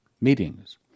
meetings